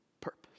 purpose